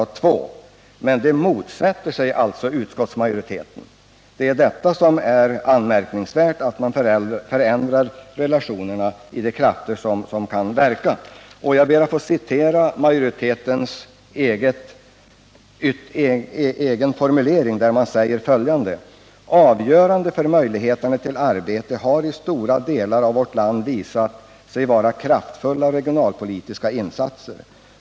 Detta motsätter sig emellertid utskottsmajoriteten. Det är anmärkningsvärt att man vill förändra relationerna mellan de krafter som kan verka i detta fall. Jag vill citera majoritetens egen skrivning: ”Avgörande för möjligheterna till arbete har i stora delar av vårt land visat sig vara kraftfulla regionalpolitiska insatser.